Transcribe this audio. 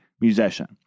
musician